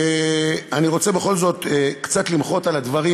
אני רוצה בכל זאת קצת למחות על הדברים.